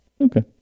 Okay